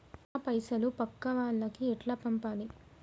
నా పైసలు పక్కా వాళ్లకి ఎట్లా పంపాలి?